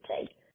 take